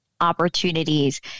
opportunities